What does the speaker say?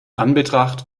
anbetracht